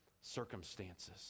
circumstances